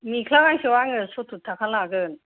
मेख्ला गांसेआव आङो सत्तुर टाका लागोन